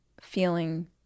feeling